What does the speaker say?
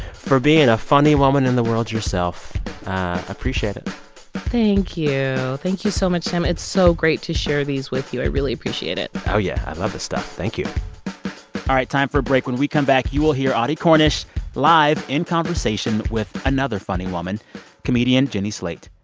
for being a funny woman in the world yourself. i appreciate it thank you. thank you so much, sam. it's so great to share these with you. i really appreciate it oh, yeah. i love this stuff. thank you all right. time for a break. when we come back, you will hear audie cornish live in conversation with another funny woman comedian jenny slate.